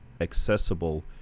accessible